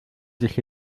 sich